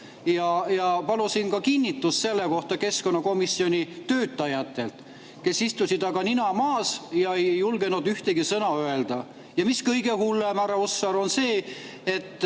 ja palusin ka kinnitust selle kohta keskkonnakomisjoni töötajatelt, kes istusid aga nina maas ega julgenud ühtegi sõna öelda. Ja kõige hullem, härra Hussar, on see, et